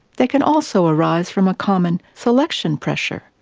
they can also arise from a common selection pressure,